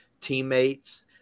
teammates